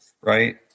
right